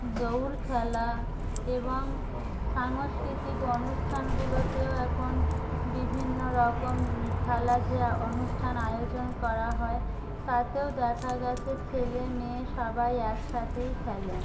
দৌড় খেলা এবং সাংস্কৃতিক অনুষ্ঠানগুলোতেও এখন বিভিন্ন রকম খেলা যে অনুষ্ঠান আয়োজন করা হয় তাতেও দেখা গিয়েছে ছেলে মেয়ে সবাই একসাথেই খেলে